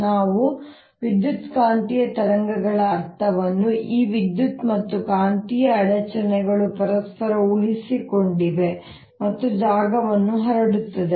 ನಾವು ವಿದ್ಯುತ್ಕಾಂತೀಯ ತರಂಗಗಳ ಅರ್ಥವನ್ನು ಈ ವಿದ್ಯುತ್ ಮತ್ತು ಕಾಂತೀಯ ಅಡಚಣೆಗಳು ಪರಸ್ಪರ ಉಳಿಸಿಕೊಂಡಿವೆ ಮತ್ತು ಜಾಗವನ್ನು ಹರಡುತ್ತವೆ